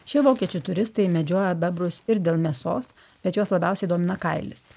šie vokiečių turistai medžioja bebrus ir dėl mėsos bet juos labiausiai domina kailis